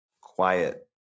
quiet